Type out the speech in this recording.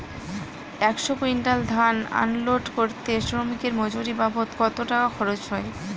একশো কুইন্টাল ধান আনলোড করতে শ্রমিকের মজুরি বাবদ কত টাকা খরচ হয়?